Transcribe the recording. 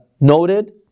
noted